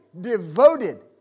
devoted